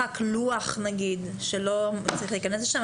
משחק לוח נגיד, שאתם לא רוצים שיכנס לשם?